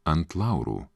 ant laurų